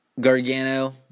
Gargano